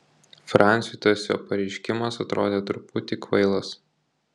franciui tas jo pareiškimas atrodė truputį kvailas